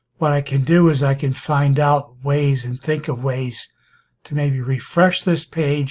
what i can do is i can find out ways and think of ways to maybe refresh this page